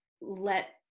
let